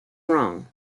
wrong